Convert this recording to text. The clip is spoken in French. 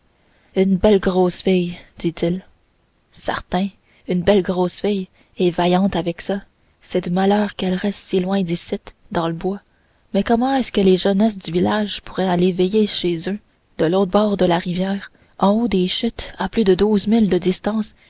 une belle grosse fille dit-il certain une belle grosse fille et vaillante avec ça c'est de malheur qu'elle reste si loin d'ici dans le bois mais comment est-ce que les jeunesses du village pourraient aller veiller chez eux de l'autre bord de la rivière en haut des chutes à plus de douze milles de distance